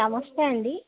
నమస్తే అండి